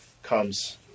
comes